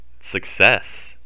success